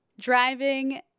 driving